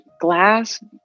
glass